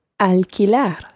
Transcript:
Alquilar